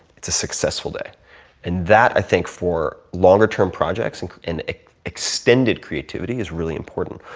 it's a successful day and that i think for longer term projects and and extended creativity is really important.